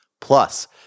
Plus